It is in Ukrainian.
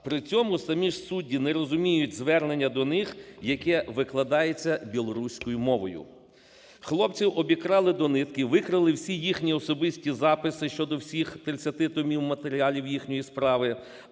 При цьому самі ж судді не розуміють звернення до них, яке викладається білоруською мовою. Хлопців обікрали до нитки, викрали всі їхні особисті записи щодо всіх 30 томів матеріалів їхньої справи,